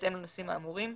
בהתאם לנושאים האמורים.